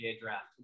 draft